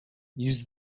use